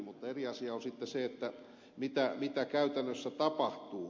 mutta eri asia on sitten se mitä käytännössä tapahtuu